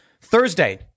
Thursday